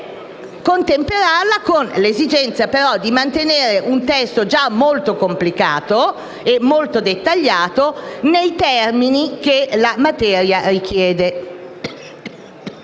colleghi con l'esigenza però di mantenere un testo che è già molto complicato e dettagliato nei termini che la materia richiede.